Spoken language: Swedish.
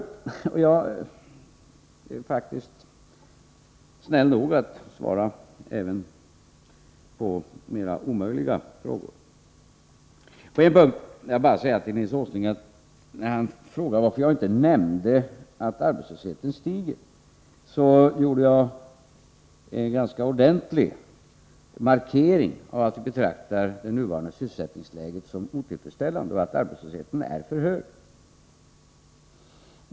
Jag är faktiskt snäll nog att svara även på mera omöjliga frågor. Nils Åsling frågade varför jag inte nämnde att arbetslösheten stiger. Men det gjorde jag — jag gav en ganska ordentlig markering av att jag betraktar det nuvarande sysselsättningsläget som otillfredsställande och att arbetslösheten är för hög.